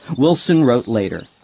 wilson wrote later